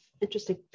interesting